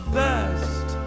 best